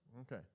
Okay